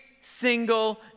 single